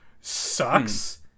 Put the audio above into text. sucks